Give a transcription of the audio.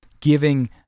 giving